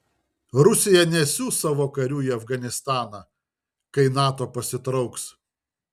rusija nesiųs savo karių į afganistaną kai nato pasitrauks